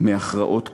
מהכרעות קשות,